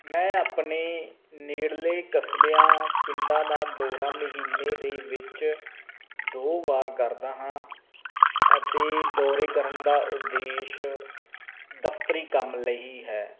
ਮੈਂ ਆਪਣੇ ਨੇੜਲੇ ਕਸਬਿਆਂ ਪਿੰਡਾਂ ਦਾ ਦੌਰਾ ਮਹੀਨੇ ਦੇ ਵਿੱਚ ਦੋ ਵਾਰ ਕਰਦਾ ਹਾਂ ਅਤੇ ਦੌਰੇ ਕਰਨ ਦਾ ਉਦੇਸ਼ ਦਫਤਰੀ ਕੰਮ ਲਈ ਹੈ